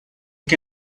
que